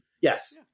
Yes